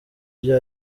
byo